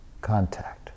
contact